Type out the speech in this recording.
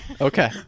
Okay